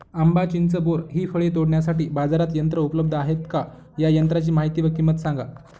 आंबा, चिंच, बोर हि फळे तोडण्यासाठी बाजारात यंत्र उपलब्ध आहेत का? या यंत्रांची माहिती व किंमत सांगा?